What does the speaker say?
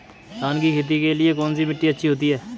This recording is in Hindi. धान की खेती के लिए कौनसी मिट्टी अच्छी होती है?